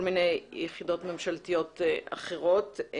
כל מיני יחידות ממשלתיות אחרות.